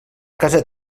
casa